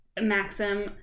Maxim